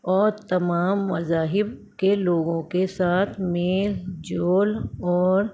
اور تمام مذاہب کے لوگوں کے ساتھ میل جول اور